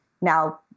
now